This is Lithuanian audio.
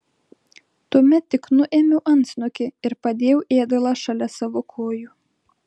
tuomet tik nuėmiau antsnukį ir padėjau ėdalą šalia savo kojų